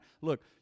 Look